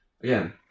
Again